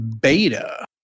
beta